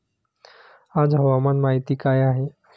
आज हवामान माहिती काय आहे?